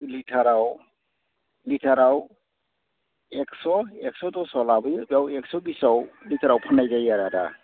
लिटाराव लिटाराव एकस' एकस' दसआव लाबोयो बेयाव एकस' बिसआव गेजेराव फाननाय जायो आरो दा